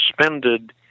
suspended